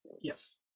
Yes